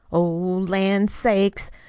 oh, lan' sakes!